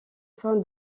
fin